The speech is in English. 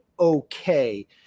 okay